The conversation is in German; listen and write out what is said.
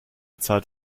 zeit